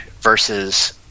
versus